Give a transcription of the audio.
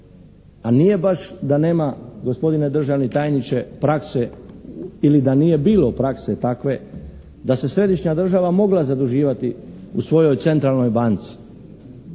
a nije baš da nema, gospodine državni tajniče, prakse ili da nije bilo prakse takve da se središnja država mogla zaduživati u svojoj centralnoj banci.